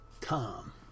Tom